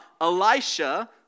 Elisha